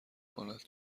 کند